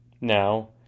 Now